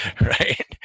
right